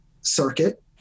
circuit